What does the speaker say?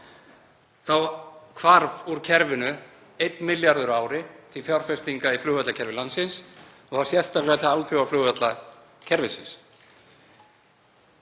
Þá hvarf úr kerfinu einn milljarður á ári til fjárfestinga í flugvallakerfi landsins og þá sérstaklega til alþjóðaflugvallakerfisins.